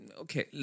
Okay